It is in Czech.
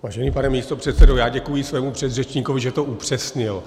Vážený pane místopředsedo, já děkuji svému předřečníkovi, že to upřesnil.